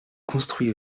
construit